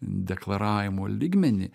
deklaravimo lygmenį